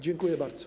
Dziękuję bardzo.